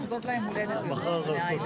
הישיבה